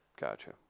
Gotcha